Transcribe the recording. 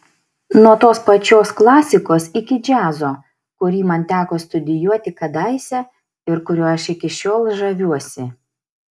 nuo tos pačios klasikos iki džiazo kurį man teko studijuoti kadaise ir kuriuo aš iki šiol žaviuosi